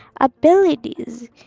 abilities